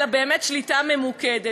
אלא באמת שליטה ממוקדת.